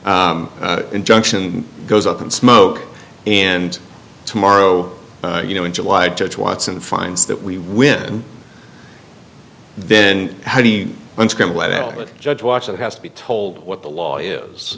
injunction goes up in smoke and tomorrow you know in july judge watson finds that we win then how do you judge watch it has to be told what the law is